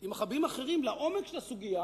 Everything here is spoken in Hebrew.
עם רבים אחרים, לעומק הסוגיה